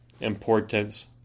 importance